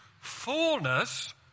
fullness